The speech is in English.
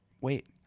Wait